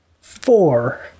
Four